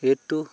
এইটো